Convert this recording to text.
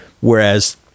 whereas